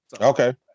okay